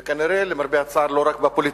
וכנראה, למרבה הצער, לא רק בפוליטיקה.